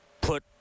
put